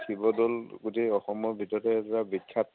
শিৱ দৌল গোটেই অসমৰ ভিতৰতে এটা বিখ্যাত